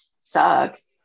Sucks